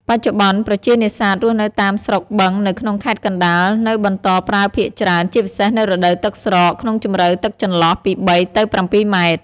បច្ចុប្បន្ន ប្រជានេសាទរស់នៅតាមស្រុកបឹងនៅក្នុងខេត្តកណ្ដាល នៅបន្តប្រើភាគច្រើន ជាពិសេសនៅរដូវទឹកស្រក ក្នុងជម្រៅទឹកចន្លោះពី៣ ទៅ៧ម៉ែត្រ ។